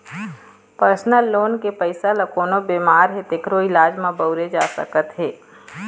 personal loan के पइसा ल कोनो बेमार हे तेखरो इलाज म बउरे जा सकत हे